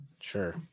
Sure